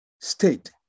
state